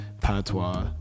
Patois